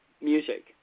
music